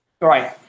right